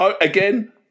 Again